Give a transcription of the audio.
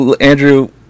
Andrew